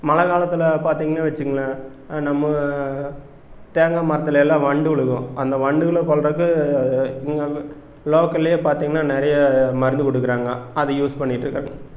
மழை காலத்தில் பார்த்திங்கனு வச்சிக்கங்களேன் நம்ம தேங்காய் மரத்திலலாம் வண்டு விழுகும் அந்த வண்டுகளை கொல்கிறது இங்கே வந்து லோக்கலில் பார்த்திங்கனா நிறைய மருந்து கொடுக்குறாங்க அதை யூஸ் பண்ணிட்டிருக்கேன்